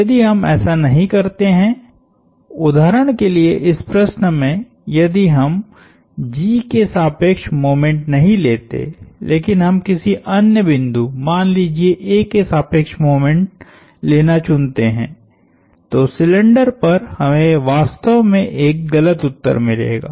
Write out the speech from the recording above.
यदि हम ऐसा नहीं करते हैं उदाहरण के लिए इस प्रश्न में यदि हम G के सापेक्ष मोमेंट नहीं लेते लेकिन हम किसी अन्य बिंदु मान लीजिये A के सापेक्ष मोमेंट लेना चुनते हैं तो सिलिंडर पर हमें वास्तव में एक गलत उत्तर मिलेगा